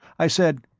i said,